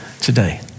today